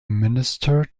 ministered